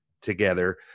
together